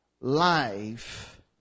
life